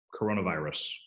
coronavirus